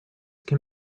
can